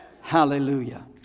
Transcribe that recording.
Hallelujah